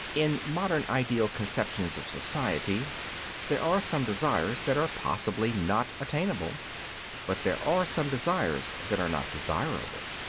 in modern ideal conceptions of society there are some desires that are possibly not attainable but there are some desires that are not desirable.